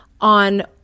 on